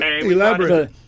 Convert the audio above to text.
Elaborate